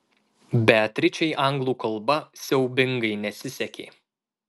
beatričei anglų kalba siaubingai nesisekė